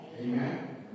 Amen